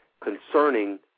concerning